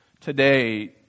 today